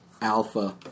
Alpha